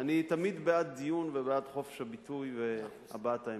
אני תמיד בעד דיון ובעד חופש הביטוי והבעת העמדה.